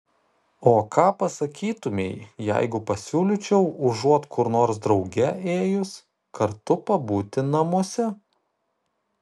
o ką pasakytumei jeigu pasiūlyčiau užuot kur nors drauge ėjus kartu pabūti namuose